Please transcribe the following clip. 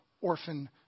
orphan